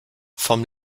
vom